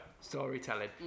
storytelling